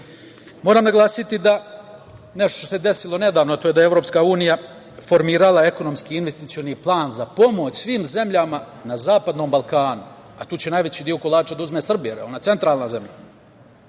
EU.Moram naglasiti nešto što se desilo nedavno, a to je da je EU, formirala Ekonomski investicioni plan za pomoć svim zemljama na Zapadnom Balkanu, a tu će najveći deo kolača da uzme Srbija, jer je ona centralna zemlja.